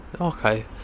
okay